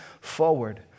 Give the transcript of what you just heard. forward